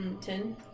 Ten